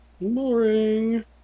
Boring